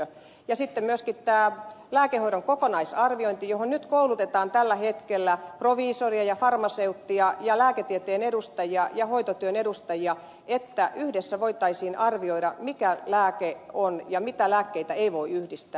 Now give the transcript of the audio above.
sitten on tarpeen myöskin tämä lääkehoidon kokonaisarviointi johon nyt koulutetaan tällä hetkellä proviisoreita ja farmaseutteja ja lääketieteen edustajia ja hoitotyön edustajia että yhdessä voitaisiin arvioida mikä lääke on sopiva ja mitä lääkkeitä ei voi yhdistää